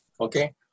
okay